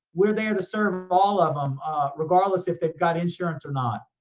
we're there to serve all of em regardless if they got insurance or not.